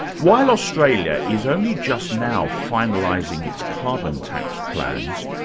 while australia is only just now finalising its carbon tax plans,